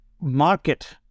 market